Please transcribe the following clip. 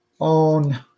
on –